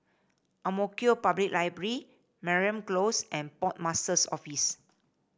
Ang Mo Kio Public Library Mariam Close and Port Master's Office